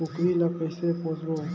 कूकरी ला कइसे पोसबो?